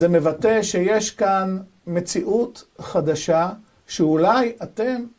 זה מבטא שיש כאן מציאות חדשה שאולי אתם